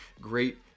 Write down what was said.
Great